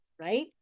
right